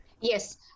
Yes